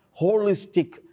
Holistic